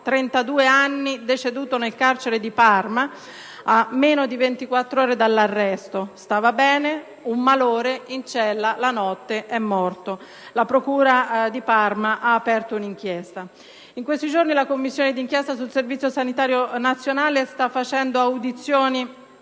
32 anni, deceduto nel carcere di Parma a meno di ventiquattro ore dall'arresto: stava bene, un malore in cella di notte ed è morto. La procura di Parma ha aperto un'inchiesta. In questi giorni la Commissione di inchiesta sul Servizio sanitario nazionale sta facendo audizioni